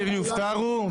ניר יופטרו,